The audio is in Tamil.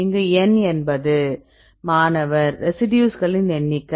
இங்கு n என்பது மாணவர் ரெசிடியூஸ்களின் எண்ணிக்கை